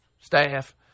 staff